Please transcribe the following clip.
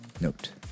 note